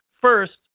First